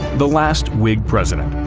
the last whig president.